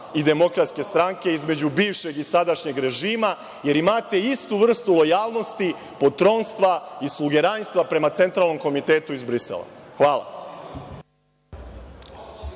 između vas i DS, između bivšeg i sadašnjeg režima, jer imate istu vrstu lojalnosti poltronstva i slugerajstva prema Centralnom komitetu iz Brisela. Hvala.